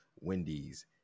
wendy's